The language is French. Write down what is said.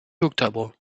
octobre